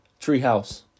Treehouse